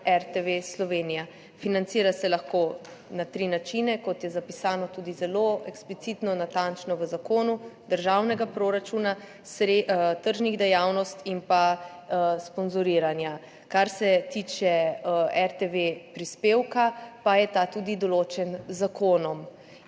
RTV Slovenija – financira se lahko na tri načine, kot je zapisano tudi zelo eksplicitno, natančno v zakonu, iz državnega proračuna, tržnih dejavnosti in sponzoriranja. Kar se tiče RTV-prispevka, pa je ta tudi določen z zakonom,